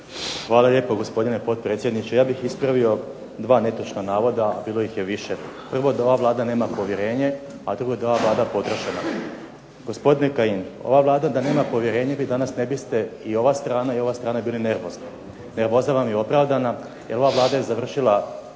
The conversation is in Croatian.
Hvala lijepo, gospodine potpredsjedniče. Ja bih ispravio dva netočna navoda, a bilo ih je više. Prvo da ova Vlada nema povjerenje, a drugo da je ova Vlada potrošena. Gospodine Kajin, ova Vlada da nema povjerenje vi danas ne biste i ova strana i ova strana bili nervozni. Nervoza vam je opravdana jer ova Vlada je završila